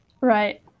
Right